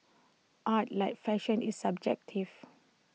art like fashion is subjective